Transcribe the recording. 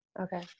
Okay